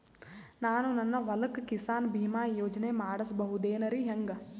ನಾನು ನನ್ನ ಹೊಲಕ್ಕ ಕಿಸಾನ್ ಬೀಮಾ ಯೋಜನೆ ಮಾಡಸ ಬಹುದೇನರಿ ಹೆಂಗ?